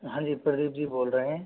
हाँ जी प्रदीप जी बोल रहे है